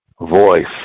voice